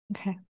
Okay